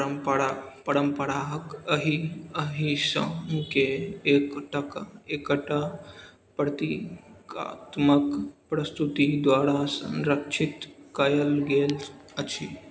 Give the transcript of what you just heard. परम्परा परम्पराहक एहि एहि समूहके एकटक एकटा प्रती कात्मक प्रस्तुति द्वारा संरक्षित कयल गेल अछि